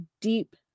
deep